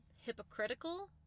hypocritical